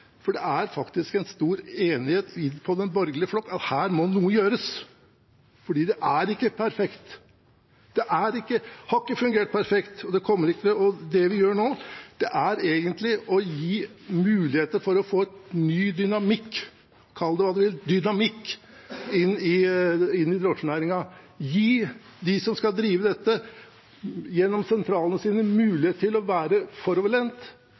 for det er faktisk stor enighet i den borgerlige flokken om at her må noe gjøres, for det er ikke perfekt. Det har ikke fungert perfekt, og det vi gjør nå, er egentlig å gi muligheter for å få en ny dynamikk – kall det hva du vil – inn i drosjenæringen; gi dem som skal drive dette gjennom sentralene sine, mulighet til å være foroverlent,